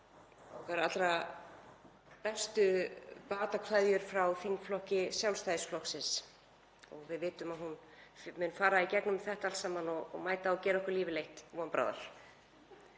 allra bestu batakveðjur frá þingflokki Sjálfstæðisflokksins. Við vitum að hún mun fara í gegnum þetta allt saman og mæta og gera okkur lífið leitt von bráðar.